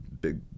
big